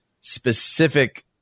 specific